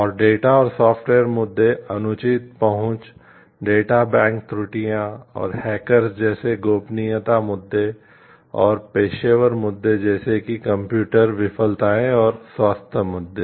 और डेटा और सॉफ्टवेयर मुद्दे अनुचित पहुंच डेटा बैंक त्रुटियां और हैकर्स जैसे गोपनीयता मुद्दे और पेशेवर मुद्दे जैसे कि कंप्यूटर विफलताएं और स्वास्थ्य मुद्दे